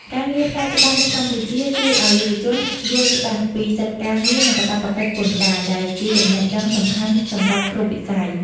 ការងារផ្នែកច្បាប់នៅកម្ពុជាជួយឱ្យយុវជនយល់ច្បាស់ពីសិទ្ធិការងារ និងកាតព្វកិច្ចពន្ធដារ ដែលជាចំណេះដឹងសំខាន់សម្រាប់គ្រប់វិស័យ។